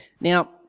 Now